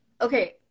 okay